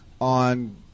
on